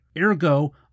ergo